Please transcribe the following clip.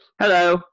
Hello